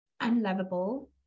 unlovable